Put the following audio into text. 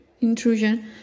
intrusion